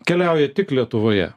keliauja tik lietuvoje